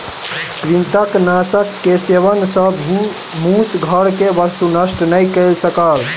कृंतकनाशक के सेवन सॅ मूस घर के वस्तु नष्ट नै कय सकल